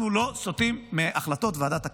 אנחנו לא סוטים מהחלטות ועדת הכנסת.